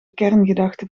kerngedachte